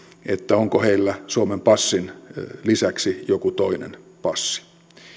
onko heillä suomen passin lisäksi joku toinen passi